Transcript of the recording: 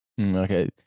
Okay